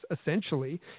essentially